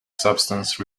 substance